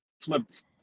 flipped